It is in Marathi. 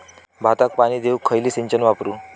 भाताक पाणी देऊक खयली सिंचन वापरू?